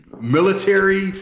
Military